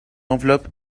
enveloppes